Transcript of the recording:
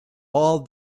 all